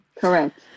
Correct